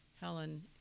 Helen